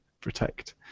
protect